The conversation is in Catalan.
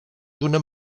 d’una